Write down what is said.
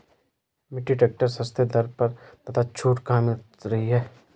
Mini tractor सस्ते दर पर तथा छूट कहाँ मिल रही है?